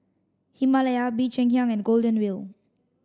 Himalaya Bee Cheng Hiang and Golden Wheel